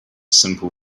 simple